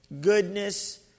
goodness